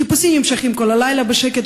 חיפושים נמשכים כל הלילה בשקט,